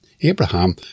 Abraham